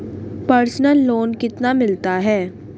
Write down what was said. Personal loan कितना मिलता है?